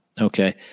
Okay